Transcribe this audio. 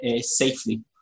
safely